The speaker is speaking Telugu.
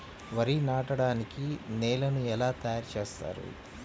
వరి నాటడానికి నేలను ఎలా తయారు చేస్తారు?